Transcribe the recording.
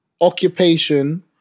Occupation